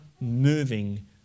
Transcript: moving